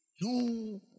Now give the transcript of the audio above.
No